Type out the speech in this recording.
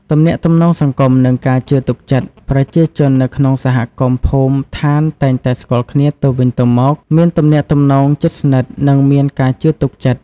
ទំនាក់ទំនងសង្គម និងការជឿទុកចិត្ត ប្រជាជននៅក្នុងសហគមន៍ភូមិឋានតែងតែស្គាល់គ្នាទៅវិញទៅមក មានទំនាក់ទំនងជិតស្និទ្ធ និងមានការជឿទុកចិត្ត។